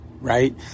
right